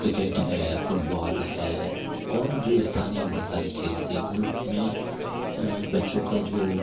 cricket है football है और जो स्थानीय बहुत सारे खेल थे उन में बच्चों का जो